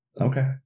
Okay